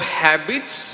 habits